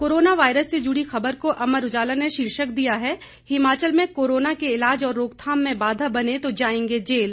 corona virus से जुड़ी खबर को अमर उजाला ने शीर्षक दिया है हिमाचल में कोरोना के इलाज और रोकथाम में बाधा बने तो जाएंगे जेल